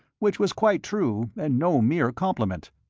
which was quite true and no mere compliment.